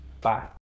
bye